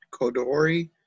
Kodori